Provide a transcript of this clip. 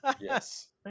Yes